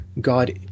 God